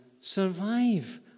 survive